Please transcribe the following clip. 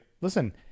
listen